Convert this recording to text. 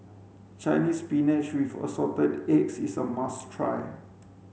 Chinese spinach with assorted eggs is a must try